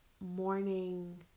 morning